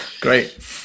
Great